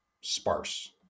sparse